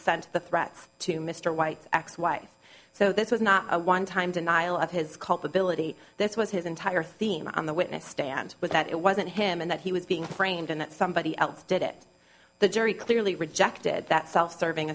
sent the threats to mr white ex wife so this was not a one time denial of his culpability this was his entire theme on the witness stand but that it wasn't him and that he was being framed and that somebody else did it the jury clearly rejected that self serving